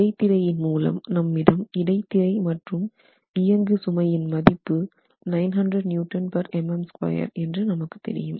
இடைத்திரையின் மூலம் நம்மிடம் இடைத்திரை மற்றும் இயங்குசுமையின் மதிப்பு 900 Nmm2 என்று நமக்கு தெரியும்